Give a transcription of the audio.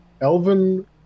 Elven